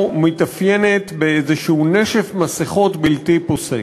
מתאפיינת באיזה נשף מסכות בלתי פוסק.